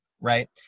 Right